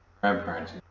grandparents